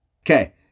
Okay